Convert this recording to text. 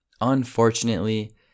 Unfortunately